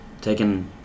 taking